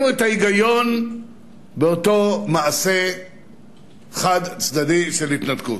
את ההיגיון באותו מעשה חד-צדדי של התנתקות.